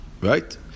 Right